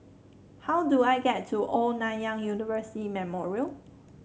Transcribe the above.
how do I get to Old Nanyang University Memorial